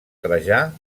trajà